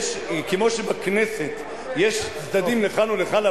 כמו שבכנסת יש צדדים לכאן ולכאן,